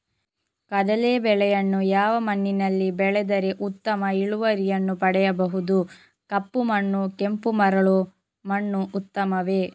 ಕಡಲೇ ಬೆಳೆಯನ್ನು ಯಾವ ಮಣ್ಣಿನಲ್ಲಿ ಬೆಳೆದರೆ ಉತ್ತಮ ಇಳುವರಿಯನ್ನು ಪಡೆಯಬಹುದು? ಕಪ್ಪು ಮಣ್ಣು ಕೆಂಪು ಮರಳು ಮಣ್ಣು ಉತ್ತಮವೇ?